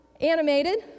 animated